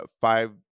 five